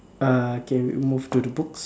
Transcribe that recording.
uh okay we move to the books